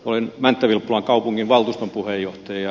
olen mänttävilppulan kaupunginvaltuuston puheenjohtaja